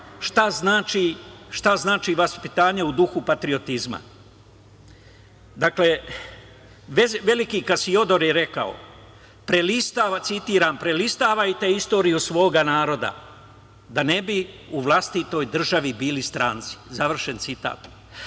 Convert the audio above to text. šta znači vaspitanje u duhu patriotizma. Dakle, veliki Kasiodor je rekao: „Prelistavajte istoriju svog naroda, da ne bi u vlastitoj državi bili stranci“. Ali da